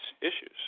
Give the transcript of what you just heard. issues